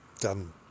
done